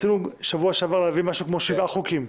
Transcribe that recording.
רצינו להעביר בשבוע שעבר כ-שבעה חוקים.